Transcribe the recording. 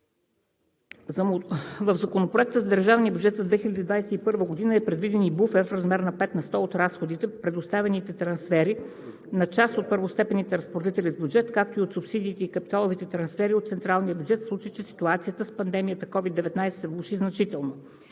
В Законопроекта за държавния бюджет за 2021 г. е предвиден буфер в размер на 5 на сто от разходите, предоставените трансфери на част от първостепенните разпоредители с бюджет, както и от субсидиите и капиталовите трансфери от централния бюджет, в случай че ситуацията с пандемията COVID-19 се влоши значително,